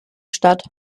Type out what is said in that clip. statt